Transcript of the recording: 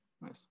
Nice